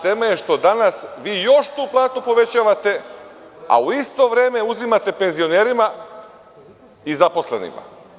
Tema je što danas vi još tu platu povećavate, a u isto vreme uzimate penzionerima i zaposlenima.